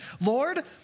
Lord